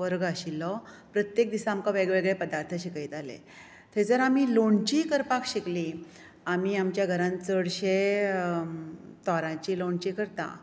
वर्ग आशिल्लो प्रत्येक दिसा आमकां वेगवेगळे पदार्थ शिकयताले थंयसर आमी लोणचींय करपाक शिकलीं आमी आमच्या घरांत चडशे तोरांचें लोणचें करता